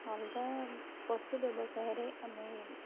ଅଲଗା ପଶୁ ବ୍ୟବସାୟରେ ଆମେ